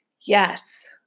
yes